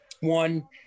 one